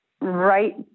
right